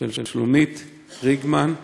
של שלומית קריגמן.